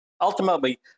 Ultimately